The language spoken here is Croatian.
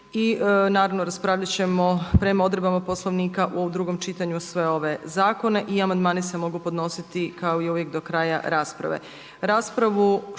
I naravno raspravljat ćemo prema odredbama Poslovnika u drugom čitanju sve ove zakone i amandmani se mogu podnositi kao i uvijek do kraja rasprave.